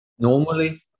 Normally